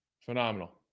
Phenomenal